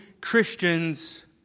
Christians